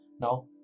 Now